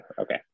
Okay